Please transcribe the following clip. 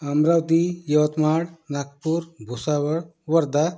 Amravati Yavatmal Nagpur Bhusawal Wardha